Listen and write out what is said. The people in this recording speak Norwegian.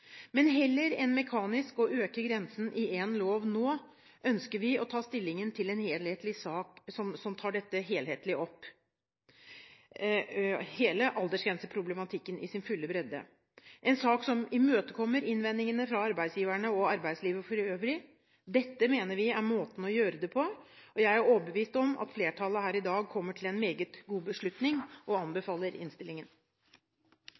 Men heller enn mekanisk å øke grensen i én lov nå, ønsker vi å ta stilling til en helhetlig sak som tar hele aldersgrenseproblematikken i sin fulle bredde, en sak som imøtekommer innvendingene fra arbeidsgiverne og arbeidslivet for øvrig. Dette mener vi er måten å gjøre det på. Jeg er overbevist om at flertallet her i dag kommer til en meget god beslutning og